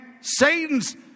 Satan's